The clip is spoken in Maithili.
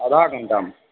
आधा घण्टामे